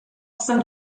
jsem